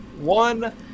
one